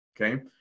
okay